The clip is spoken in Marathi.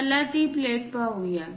चला ती प्लेट पाहूया